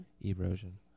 Erosion